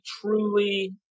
truly